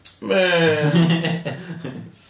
Man